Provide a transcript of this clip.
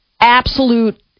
Absolute